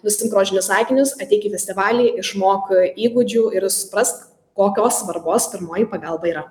nusiimk rožinius akinius ateik į festivalį išmok įgūdžių ir suprask kokios svarbos pirmoji pagalba yra